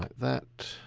that.